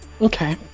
Okay